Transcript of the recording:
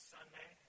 Sunday